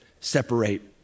separate